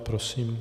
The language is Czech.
Prosím.